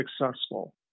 successful